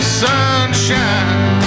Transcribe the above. sunshine